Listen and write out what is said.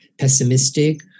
pessimistic